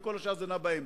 וכל השאר נעות באמצע.